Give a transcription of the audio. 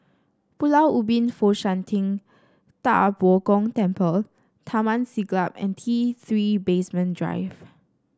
Pulau Ubin Fo Shan Ting Da Bo Gong Temple Taman Siglap and T Three Basement Drive